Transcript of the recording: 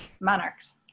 monarchs